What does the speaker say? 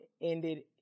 ended